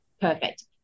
perfect